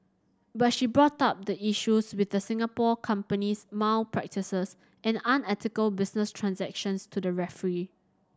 but she brought up the issues with the Singapore company's malpractices and unethical business transactions to the referee